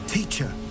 Teacher